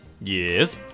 Yes